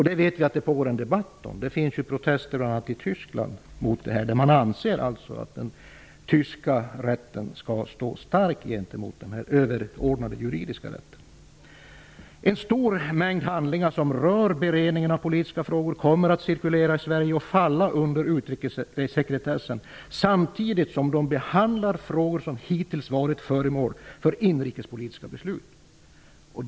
Det pågår också en debatt om detta. Det förekommer protester mot detta bl.a. i Tyskland, där man anser att den tyska rätten skall stå stark gentemot den överordnade juridiska rätten. En stor mängd handlingar som rör beredningen av politiska frågor kommer att cirkulera i Sverige och falla under utrikessekretessen samtidigt som de behandlar frågor som hittills varit föremål för inrikespolitiska beslut.